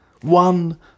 One